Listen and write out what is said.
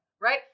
Right